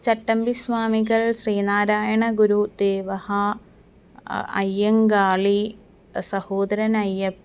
चट्टम्बिस्वामिगळ् श्रीनारायणगुरुदेवः अय्यङ्गाली सहोदरनय्यप्पः